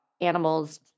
animals